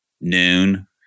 noon